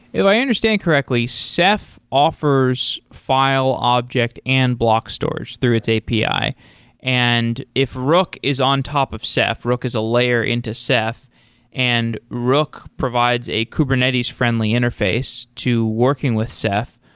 if i understand correctly, ceph offers file object and block storage through its api, and if rook is on top of ceph, rook is a layer into ceph and rook provides a kubernetes friendly interface to working with ceph,